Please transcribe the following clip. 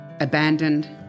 abandoned